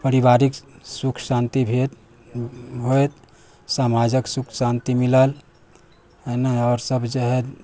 परिवारिक सुख शांति भेल समाजक सुख शांति मिलल एहिमे आओर सब जे है